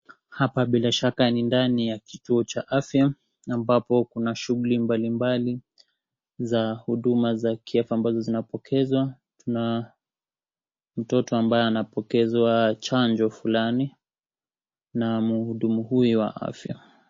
Hapa bila shaka ni ndani ya kituo cha afya ambapo kuna shuguli mbalimbali za huduma za kiafya ambazo zinazopokezwa tuna mtoto ambaye anapokezwa chanjo fulani na muhudumu huyu wa afya.